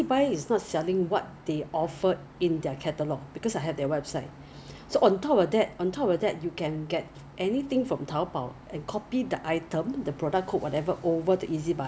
so the Ezbuy truck !wah! 那个 truck ah 真的是个大的 truck leh 很像那种 Ikea 那种大的 truck with a whole load of then 他一到 hor 每个人 hor 很像蚂蚁这样冲过去就开始 collect 你的